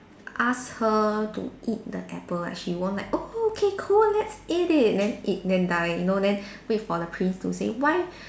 ask her to eat the apple like she won't like oh okay cool let's eat it then eat then die you know then wait for the prince to say why